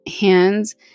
hands